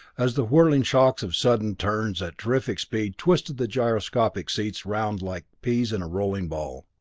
as the whirling shocks of sudden turns at terrific speed twisted the gyroscopic seats around like peas in a rolling ball.